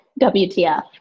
WTF